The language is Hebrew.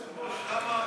אדוני היושב-ראש,